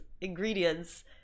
ingredients